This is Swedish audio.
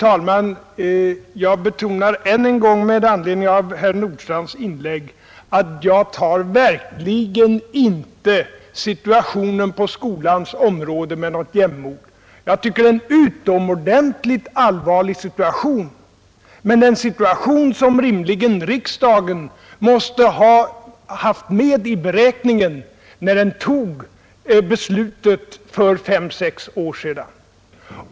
Herr talman! Med anledning av herr Nordstrandhs inlägg betonar jag än en gång att jag verkligen inte tar situationen på skolans område med jämnmod. Jag tycker det är en utomordentligt allvarlig situation — men en situation som riksdagen rimligen måste ha haft med i bilden när den tog beslutet för fem, sex år sedan.